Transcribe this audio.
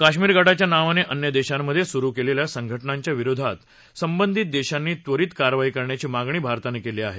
काश्मीर गटाच्या नावाने अन्य देशांमध्ये सुरु केलेल्या संघटनांच्या विरोधात संबंधित देशांनी त्वरित कारवाई करण्याची मागणी भारतानं केली आहे